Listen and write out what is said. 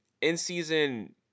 in-season